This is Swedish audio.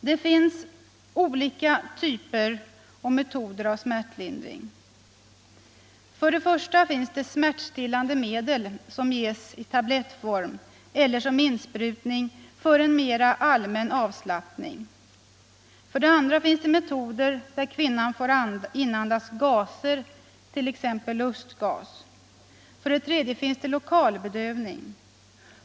Det finns olika typer av och metoder för smärtlindring. För det första finns det smärtstillande medel som ges i tablettform eller som insprutning för en mer allmän avslappning. För det andra finns det metoder där kvinnan får inandas gaser, t.ex. lustgas. För det tredje finns det lokalbedövning.